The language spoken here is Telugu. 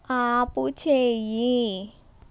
ఆపుచేయి